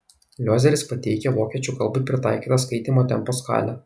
liozeris pateikia vokiečių kalbai pritaikytą skaitymo tempo skalę